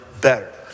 better